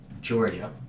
Georgia